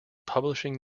publishing